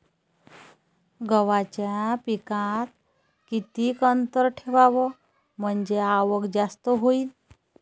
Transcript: गव्हाच्या पिकात किती अंतर ठेवाव म्हनजे आवक जास्त होईन?